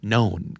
Known